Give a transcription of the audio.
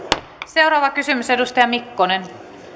seuraava kysymys edustaja mikkonen